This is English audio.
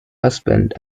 husband